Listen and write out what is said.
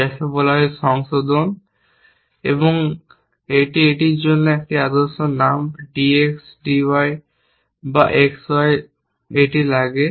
যাকে বলা হয় সংশোধন এবং এটি এটির জন্য একটি আদর্শ নাম D X D Y বা X Y এটি লাগে